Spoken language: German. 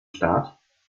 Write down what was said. start